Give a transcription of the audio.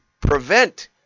prevent